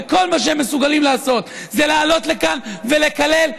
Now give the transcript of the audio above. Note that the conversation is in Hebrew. וכל מה שהם מסוגלים לעשות זה לעלות לכאן ולקלל,